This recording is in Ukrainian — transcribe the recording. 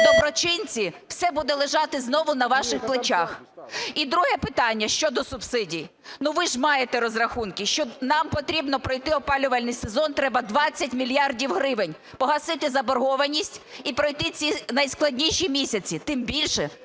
доброчинці, все буде лежати знову на ваших плечах. І друге питання щодо субсидій. Ви ж маєте розрахунки, що нам потрібно пройти опалювальний сезон, треба 20 мільярдів гривень: погасити заборгованість і пройти ці найскладніші місяці. Тим більше,